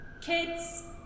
Kids